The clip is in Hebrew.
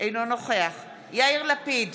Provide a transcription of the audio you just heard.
אינו נוכח יאיר לפיד,